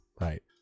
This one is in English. Right